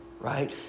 right